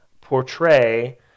portray